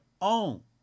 own